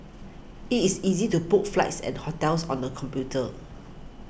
it is easy to book flights and hotels on the computer